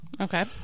Okay